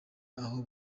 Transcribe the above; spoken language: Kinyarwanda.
aho